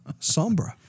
Sombra